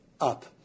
up